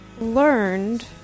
learned